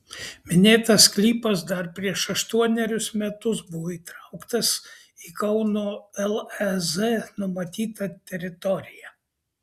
minėtas sklypas dar prieš aštuonerius metus buvo įtrauktas į kauno lez numatytą teritoriją